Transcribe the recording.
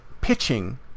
pitching